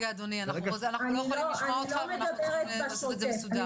אני לא מדברת בשוטף.